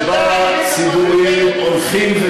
שאתה וליברמן עושים,